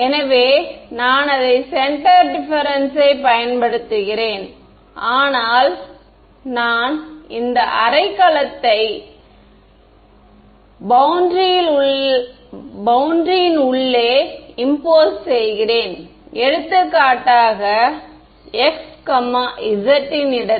எனவே நான் அதை சென்டர் டிப்பேரென்ஸ் சை பயன்படுத்துகிறேன் ஆனால் நான் இந்த அரை கலத்தை பௌண்டரி இல் உள்ளே திணிக்க செய்க்கிறேன் எடுத்துக்காட்டாக x z இன் இடத்தில்